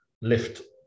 lift